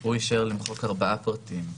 הוא אישר למחוק ארבעה פרטים: